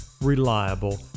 reliable